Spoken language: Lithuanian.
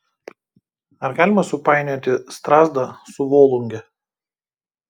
ar galima supainioti strazdą su volunge